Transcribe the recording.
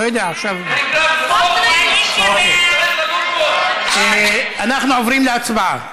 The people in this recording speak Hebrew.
אנחנו עוברים להצבעה.